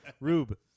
Rube